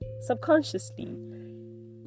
subconsciously